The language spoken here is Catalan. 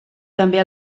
també